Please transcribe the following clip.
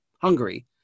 Hungary